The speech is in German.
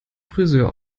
frisör